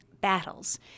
battles